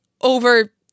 over